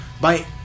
Bye